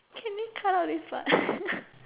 can we cut out this part